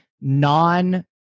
non